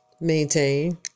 maintain